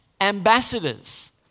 ambassadors